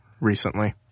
recently